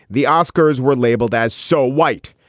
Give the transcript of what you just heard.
the oscars were labeled as so white.